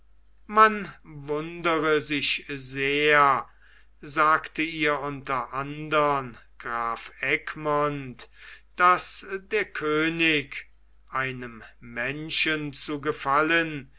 man wundere sich sehr sagte ihr unter andern graf egmont daß der könig einem menschen zu gefallen